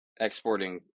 exporting